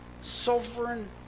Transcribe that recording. Sovereign